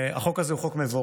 החוק הזה הוא חוק מבורך,